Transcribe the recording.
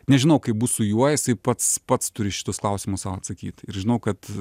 nežinau kaip bus su juo jisai pats pats turi šituos klausimus sau atsakyti ir žinau kad